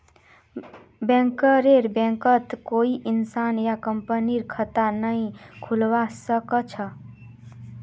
बैंकरेर बैंकत कोई इंसान या कंपनीर खता नइ खुलवा स ख छ